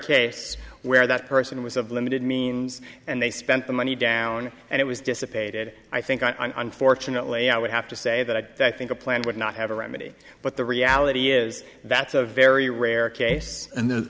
case where that person was of limited means and they spent the money down and it was dissipated i think i'm unfortunately i would have to say that i think a plan would not have a remedy but the reality is that's a very rare case